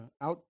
out